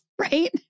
right